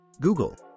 Google